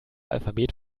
alphabet